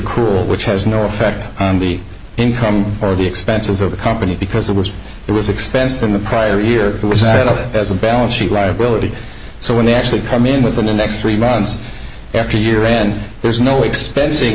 accrual which has no effect on the income or the expenses of the company because that was it was expense than the prior year was that of it as a balance sheet liability so when they actually come in within the next three months after year end there's no expensing